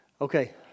Okay